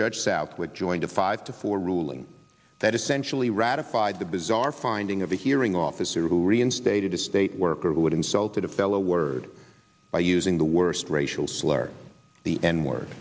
judge southwick joined a five to four ruling that essentially ratified the bizarre finding of a hearing officer who reinstated a state worker who insulted a fellow word by using the worst racial slur the n word